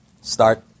start